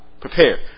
Prepare